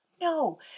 no